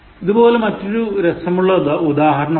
ഇതുപോലെ മറ്റൊരു രസമുള്ള ഉദാഹരണമുണ്ട്